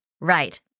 Right